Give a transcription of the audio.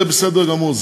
זה בסדר גמור,